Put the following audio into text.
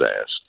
asked